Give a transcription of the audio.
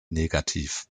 negativ